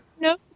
No